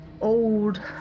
old